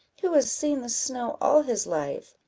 who has seen the snow all his life.